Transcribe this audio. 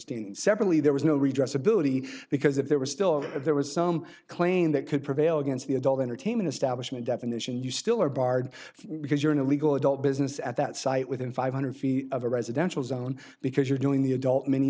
separately there was no redress ability because if there was still there was some claim that could prevail against the adult entertainment establishment definition you still are barred because you're in a legal adult business at that site within five hundred feet of a residential zone because you're doing the adult mini